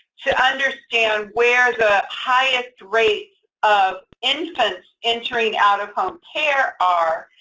to understand where the highest rates of infants entering out of home care are,